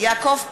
יעקב פרי,